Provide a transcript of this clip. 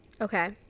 Okay